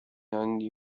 عندي